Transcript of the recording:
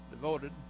devoted